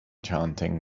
chanting